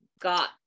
got